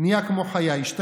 נהיה כמו חיה, השתגע.